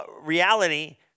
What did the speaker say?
reality